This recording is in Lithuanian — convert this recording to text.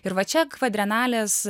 ir va čia kvadrenalės